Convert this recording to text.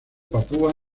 papúa